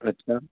अछा